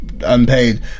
unpaid